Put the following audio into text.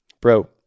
bro